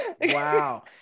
Wow